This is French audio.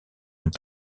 ont